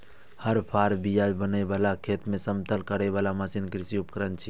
हर, फाड़, बिया बुनै बला, खेत कें समतल करै बला मशीन कृषि उपकरण छियै